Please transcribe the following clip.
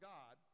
God